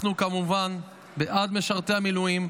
אנחנו כמובן בעד משרתי המילואים.